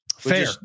fair